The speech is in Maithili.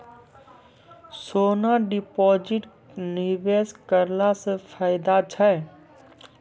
सोना डिपॉजिट निवेश करला से फैदा छै?